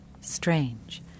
strange